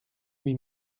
huit